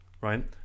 right